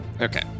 Okay